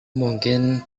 mungkin